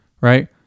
right